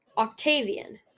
Octavian